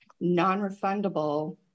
non-refundable